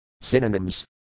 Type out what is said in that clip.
Synonyms